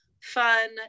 fun